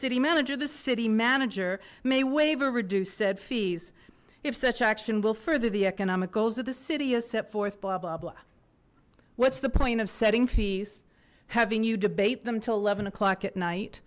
city manager the city manager may waive or reduce said fees if such action will further the economic goals of the city is set forth blah blah blah what's the point of setting fees having you debate them till eleven o'clock at night